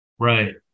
Right